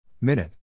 Minute